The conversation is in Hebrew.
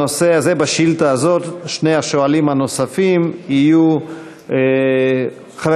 בשאילתה הזאת שני השואלים הנוספים יהיו חבר